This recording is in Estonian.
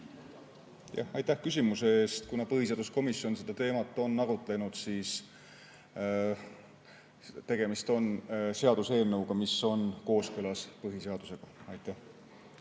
Aitäh küsimuse eest! Kuna põhiseaduskomisjon seda teemat on arutanud, siis tegemist on seaduseelnõuga, mis on kooskõlas põhiseadusega. Aitäh